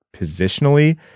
positionally